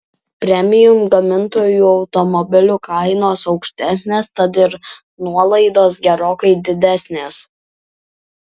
premium gamintojų automobilių kainos aukštesnės tad ir nuolaidos gerokai didesnės